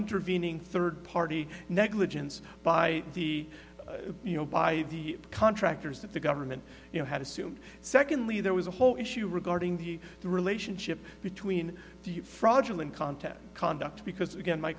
intervening third party negligence by the you know by the contractors that the government you know had assumed secondly there was a whole issue regarding the relationship between the fraudulent contests conduct because again my